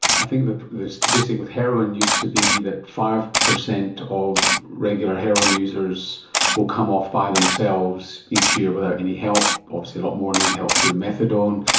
i think the statistic with heroin used to be that five percent of regular heroin users will come off by themselves each year without any help. obviously a lot more need help through methadone.